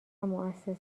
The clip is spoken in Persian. موسسات